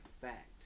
fact